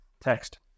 text